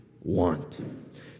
want